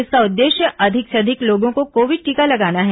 इसका उद्देश्य अधिक से अधिक लोगों को कोविड टीका लगाना है